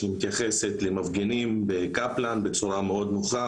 שהיא מתייחסת למפגינים בקפלן בצורה מאוד נוחה,